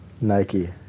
Nike